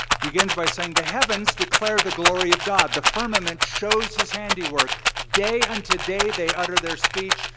begins by saying, the heavens declare the glory of god. the firmament shows his handiwork. day and today they utter their speech.